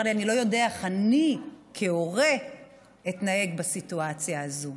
הוא אמר לי: אני לא יודע איך אני כהורה אתנהג בסיטואציה הזאת.